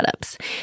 setups